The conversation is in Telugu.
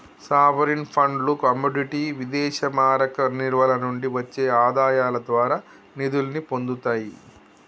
సావరీన్ ఫండ్లు కమోడిటీ విదేశీమారక నిల్వల నుండి వచ్చే ఆదాయాల ద్వారా నిధుల్ని పొందుతియ్యి